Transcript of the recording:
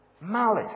malice